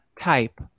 type